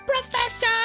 Professor